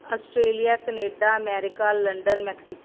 Australia Canada America London Mexico